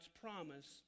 promise